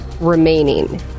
remaining